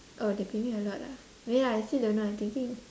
oh they pay me a lot ah wait ah I still don't know I'm thinking